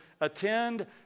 attend